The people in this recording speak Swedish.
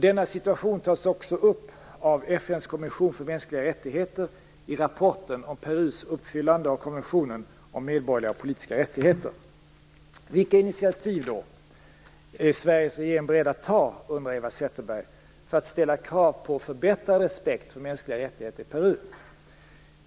Denna situation tas också upp av FN:s kommission för mänskliga rättigheter i rapporten om Perus uppfyllande av konventionen om medborgerliga och politiska rättigheter. Vilka initiativ är då Sveriges regering beredd att ta, undrar Eva Zetterberg, för att ställa krav på en förbättrad respekt för de mänskliga rättigheterna i Peru?